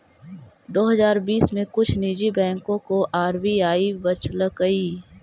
दो हजार बीस में कुछ निजी बैंकों को आर.बी.आई बचलकइ